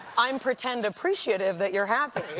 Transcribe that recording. i'm pretend appreciative that you're happy.